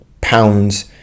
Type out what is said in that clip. pounds